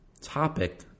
topic